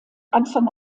anfang